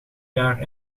jaar